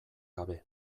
gabe